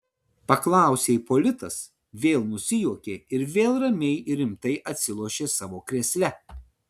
paklausė ipolitas vėl nusijuokė ir vėl ramiai ir rimtai atsilošė savo krėsle